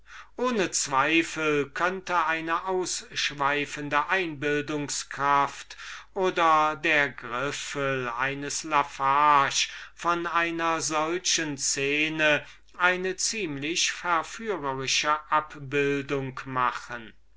ohne zweifel könnte eine ausschweifende einbildungskraft oder der griffel eines la fage von einer solchen szene ein ziemlich verführerisches gemälde machen